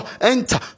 enter